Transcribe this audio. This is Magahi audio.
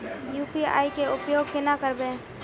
यु.पी.आई के उपयोग केना करबे?